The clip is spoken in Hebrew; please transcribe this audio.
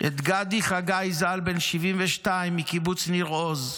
את גדי חגי ז"ל, בן 72 מקיבוץ ניר עוז,